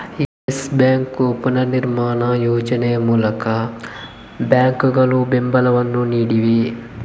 Yes Bank ಪುನರ್ನಿರ್ಮಾಣ ಯೋಜನೆ ಮೂಲಕ ಬ್ಯಾಂಕುಗಳು ಬೆಂಬಲವನ್ನು ನೀಡಿವೆ